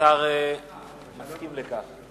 השר מסכים לכך?